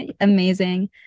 Amazing